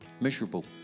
miserable